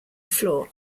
floor